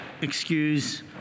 excuse